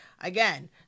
Again